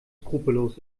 skrupellos